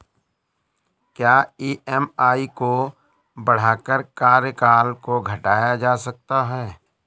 क्या ई.एम.आई को बढ़ाकर कार्यकाल को घटाया जा सकता है?